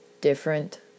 different